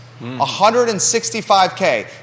165K